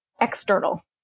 external